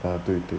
啊对对